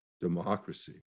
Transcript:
Democracy